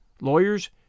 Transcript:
lawyers